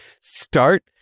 start